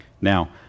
Now